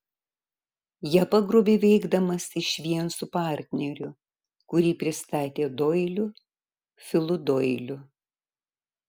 ją pagrobė veikdamas išvien su partneriu kurį pristatė doiliu filu doiliu